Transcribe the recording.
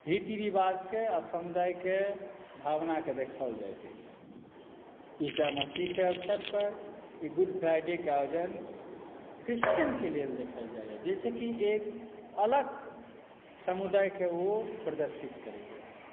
रीति रिवाजके आ समुदायक भावनाके देखाओल जाइत अछि ईसा मसीहके अवसरपर ई गुड फ्राइडेके आयोजन क्रिश्चियनके लेल देखाएल जाइए जाहिसँ कि एक अलग समुदायकेँ ओ प्रदर्शित करैए